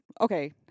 okay